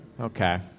Okay